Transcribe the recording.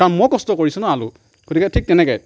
কাৰণ মই কষ্ট কৰিছোঁ ন আলুত গতিকে ঠিক তেনেকে